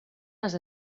les